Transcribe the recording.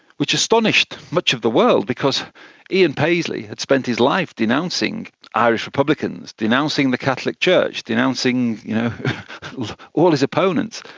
which astonished much of the world, because ian paisley had spent his life denouncing irish republicans, denouncing the catholic church, denouncing all his opponents.